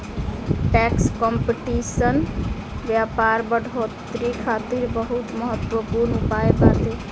tax competition व्यापार बढ़ोतरी खातिर बहुत महत्वपूर्ण उपाय बावे